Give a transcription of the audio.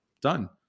done